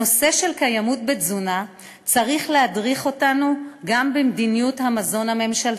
הנושא של קיימות בתזונה צריך להדריך אותנו גם במדיניות המזון הממשלתית,